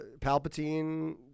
Palpatine